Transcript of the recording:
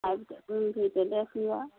आबि कऽ घुमि फिर कऽ देख लिअ